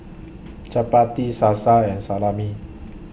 Chapati Salsa and Salami